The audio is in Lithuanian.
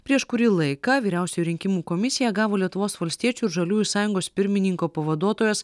prieš kurį laiką vyriausioji rinkimų komisija gavo lietuvos valstiečių ir žaliųjų sąjungos pirmininko pavaduotojos